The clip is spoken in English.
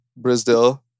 Brisdale